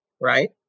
Right